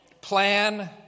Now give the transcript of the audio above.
Plan